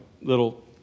little